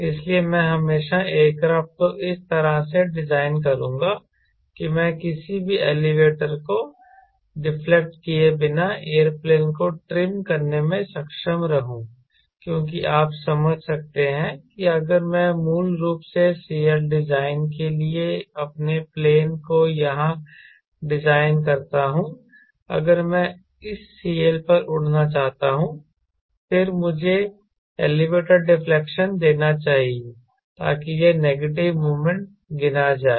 इसलिए मैं हमेशा एयरक्राफ्ट को इस तरह से डिजाइन करूंगा कि मैं किसी भी एलीवेटर को डिफलेक्ट किए बिना एयरप्लेन को ट्रिम करने में सक्षम रहूं क्योंकि आप समझ सकते हैं कि अगर मैं मूल रूप से CLdesign1 के लिए अपने प्लेन को यहां डिजाइन करता हूं अगर मैं इस CL पर उड़ना चाहता हूं फिर मुझे एलीवेटर डिफ्लेक्शन देना चाहिए ताकि यह नेगेटिव मोमेंट गिना जाए